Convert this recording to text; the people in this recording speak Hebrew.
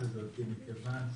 בידוד לעצמאים),